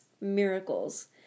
miracles